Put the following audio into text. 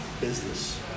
business